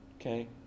okay